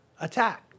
attack